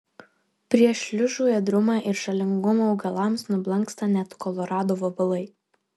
prieš šliužų ėdrumą ir žalingumą augalams nublanksta net kolorado vabalai